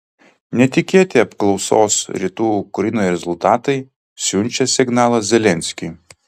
netikėti apklausos rytų ukrainoje rezultatai siunčia signalą zelenskiui